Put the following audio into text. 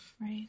Right